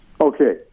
Okay